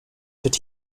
that